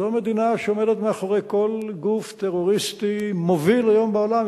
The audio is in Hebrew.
זו מדינה שעומדת מאחורי כל גוף טרוריסטי מוביל היום בעולם,